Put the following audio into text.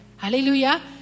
Hallelujah